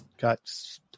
got